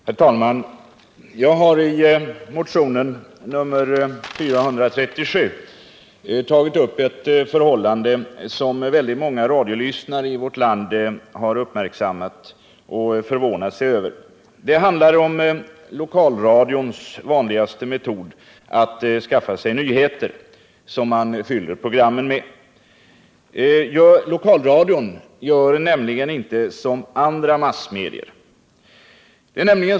Herr talman! Jag har i motionen 437 tagit upp ett förhållande som väldigt många radiolyssnare i vårt land har uppmärksammat och förvånat sig över. Det handlar om lokalradions vanligaste metod att skaffa sig nyheter som man fyller programmen med. Lokalradion gör nämligen inte som andra massmedier.